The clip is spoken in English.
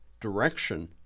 direction